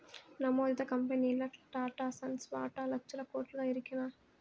నమోదిత కంపెనీల్ల టాటాసన్స్ వాటా లచ్చల కోట్లుగా ఎరికనా